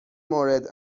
مورد